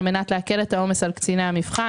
על מנת להקל את העומס על קציני המבחן.